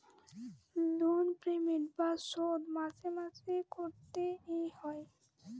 loan payment বা শোধ মাসে মাসে করতে এ হয়